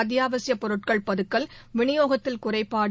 அத்தியாவசிய பொருட்கள் பதுக்கல் விநியோகத்தில் குறைபாடு